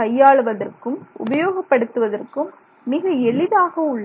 கையாளுவதற்கும் உபயோகப்படுத்துவதற்கும் மிக எளிதாக உள்ளது